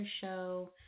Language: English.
Show